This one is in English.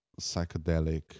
psychedelic